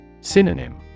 Synonym